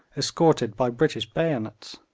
escorted by british bayonets.